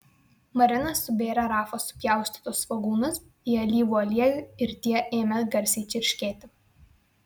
marina subėrė rafos supjaustytus svogūnus į alyvų aliejų ir tie ėmė garsiai čirškėti